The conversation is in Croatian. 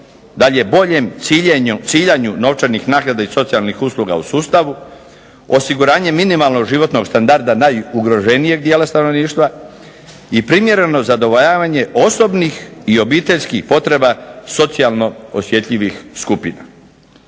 dalje boljem ciljanju novčanih naknada i socijalnih usluga u sustavu, osiguranje minimalnog životnog standarda najugroženijeg dijela stanovništva, i primjereno zadovoljavanje osobnih i obiteljskih potreba socijalno osjetljivih skupina.